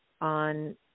on